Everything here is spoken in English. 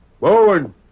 Bowen